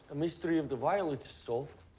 mystery of the violets so